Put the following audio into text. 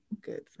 good